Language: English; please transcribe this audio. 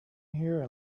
here